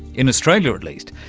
in australia at least,